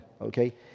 okay